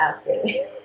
asking